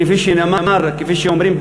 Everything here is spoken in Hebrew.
כפי שאומרים,